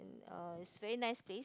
ya it's very nice place